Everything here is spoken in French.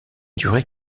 duré